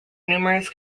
numerous